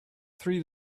three